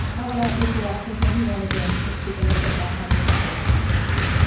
i wanna let mr. washington, he wanted to to speak a little bit about how grateful we are for everything.